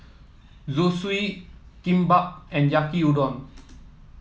Zosui Kimbap and Yaki Udon